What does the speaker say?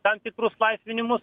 tam tikrus laisvinimus